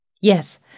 Yes